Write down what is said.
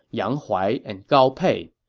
yang huai and gao pei.